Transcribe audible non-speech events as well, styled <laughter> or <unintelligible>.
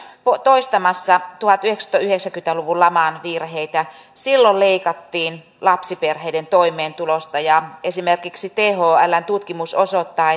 toistamassa tuhatyhdeksänsataayhdeksänkymmentä luvun laman virheitä silloin leikattiin lapsiperheiden toimeentulosta ja esimerkiksi thln tutkimus osoittaa <unintelligible>